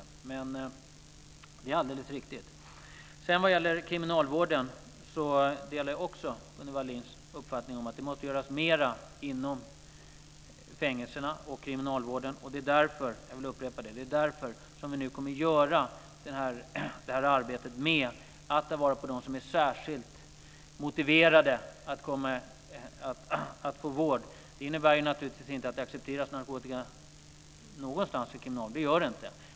Men det är alldeles riktigt. Vad det gäller kriminalvården delar jag också Gunnel Wallins uppfattning om att det måste göras mer inom fängelserna och kriminalvården. Det är därför, jag vill upprepa det, som vi nu kommer att göra detta arbete med att ta vara dem som är särskilt motiverade att få vård. Det innebär naturligtvis inte att narkotika accepteras någonstans inom kriminalvården. Det gör det inte.